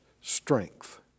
strength